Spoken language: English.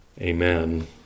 Amen